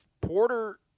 Porter